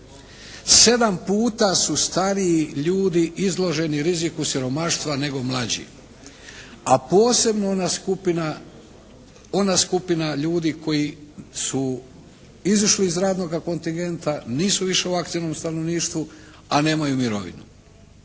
Sedam puta su stariji ljudi izloženi riziku siromaštva nego mlađi. A posebno ona skupina ljudi koji su izišli iz radnoga kontigenta, nisu više u aktivnom stanovništvu a nemaju mirovinu.